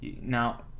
now